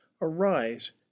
Arise